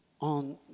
on